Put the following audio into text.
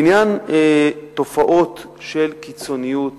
לעניין תופעות של קיצוניות